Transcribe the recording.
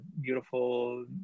beautiful